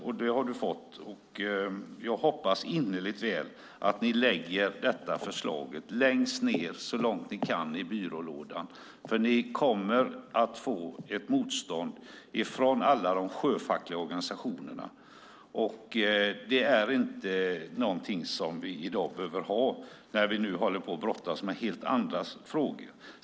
Det beskedet har du fått, och jag hoppas innerligt väl att ni lägger detta förslag så långt ned ni kan i byrålådan, för ni kommer att få motstånd från alla de sjöfackliga organisationerna. Det är inte något vi behöver i dag när vi nu håller på att brottas med helt andra frågor.